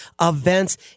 events